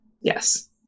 Yes